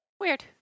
Weird